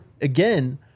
again